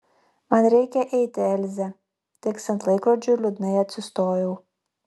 man reikia eiti elze tiksint laikrodžiui liūdnai atsistojau